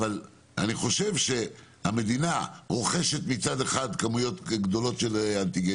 אבל אני חושב שהמדינה רוכשת מצד אחד כמויות גדולות של בדיקות אנטיגן